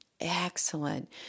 Excellent